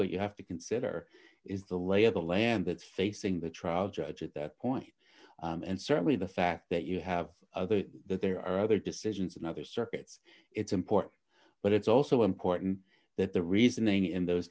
what you have to consider is the lay of the land that's facing the trial judge at that point and certainly the fact that you have other there are other decisions in other circuits it's important but it's also important that the reasoning in those